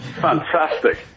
Fantastic